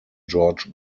george